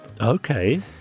Okay